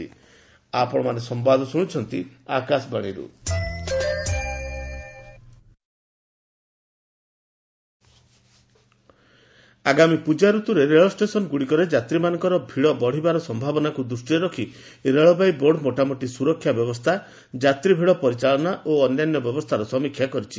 railway festival season ଆଗାମୀ ପୂଜାଋତୁରେ ରେଳଷ୍ଟେସନ ଗୁଡ଼ିକରେ ଯାତ୍ରୀମାନଙ୍କର ଭିଡ଼ ବଢ଼ିବାର ସମ୍ଭାବନାକୁ ଦୃଷ୍ଟିରେ ରଖି ରେଳବାଇ ବୋର୍ଡ ମୋଟାମୋଟି ସୁରକ୍ଷା ବ୍ୟବସ୍ଥା ଯାତ୍ରୀ ଭିଡ଼ ପରିଚାଳନା ଓ ଅନ୍ୟାନ୍ୟ ବ୍ୟବସ୍ଥାର ସମୀକ୍ଷା କରିଛି